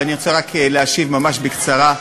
ואני רוצה רק להשיב ממש בקצרה.